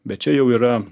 bet čia jau yra